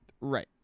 Right